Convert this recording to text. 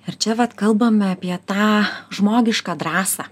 ar čia vat kalbame apie tą žmogišką drąsą